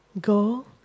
Go